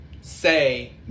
say